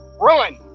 Run